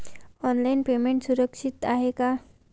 Online payment सुरक्षित आहे का?